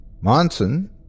Monson